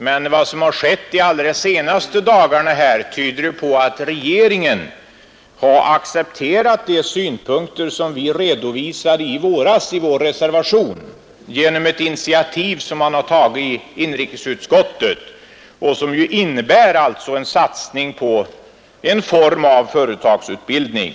Men vad som har skett de allra senaste dagarna tyder ju på att regeringen har accepterat de synpunkter, som vi i våras redovisade i vår reservation, genom ett initiativ som man har tagit i inrikesutskottet och som innebär en satsning på en form av företagsutbildning.